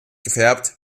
gefärbt